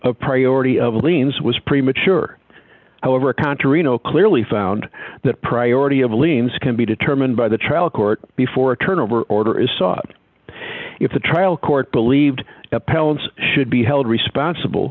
of priority of liens was premature however contra reno clearly found that priority of liens can be determined by the trial court before a turnover order is sought if the trial court believed appellants should be held responsible